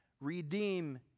Redeem